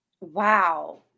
Wow